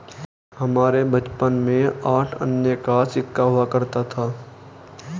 हमारे बचपन में आठ आने का सिक्का हुआ करता था